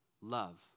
love